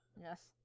Yes